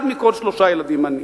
אחד מכל שלושה ילדים עני".